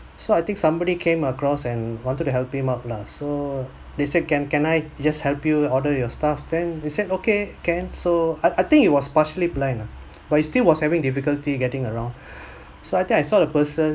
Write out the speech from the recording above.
so I think somebody came across and wanted to help him up lah so they say can can I just help you order your stuff then they said okay can so I I think he was partially blind ah but he still was having difficulty getting around so I think I saw the person